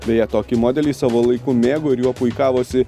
beje tokį modelį savo laiku mėgo ir jo puikavosi